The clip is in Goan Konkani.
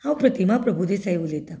हांव प्रतिमा प्रभुदेसाय उलयतां